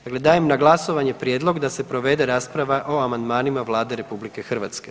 Dakle, dajem na glasovanje prijedlog da se provede rasprava o amandmanima Vlade RH.